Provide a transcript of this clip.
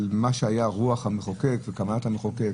על מה שהייתה רוח המחוקק וכוונת המחוקק.